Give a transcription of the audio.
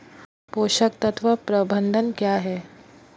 पोषक तत्व प्रबंधन क्या है?